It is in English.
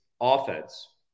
offense